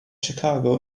chicago